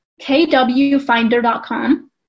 kwfinder.com